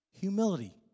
Humility